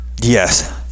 Yes